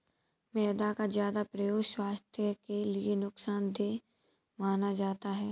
मैदा का ज्यादा प्रयोग स्वास्थ्य के लिए नुकसान देय माना जाता है